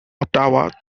ottawa